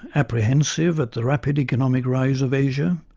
apprehensive at the rapid economic rise of asia,